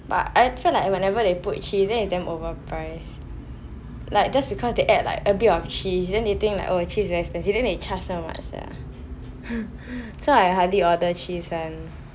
but I feel like whenever they put cheese then it's damn overprice like just because they add like a bit of cheese then they think like oh cheese very expensive then they charge so much sia so I hardly order cheese one